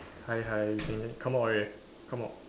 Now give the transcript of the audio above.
hi hi can come out already come out